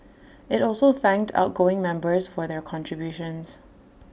IT also thanked outgoing members for their contributions